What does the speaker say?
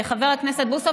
חבר הכנסת בוסו,